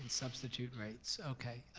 substitute rates, okay.